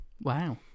Wow